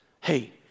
hey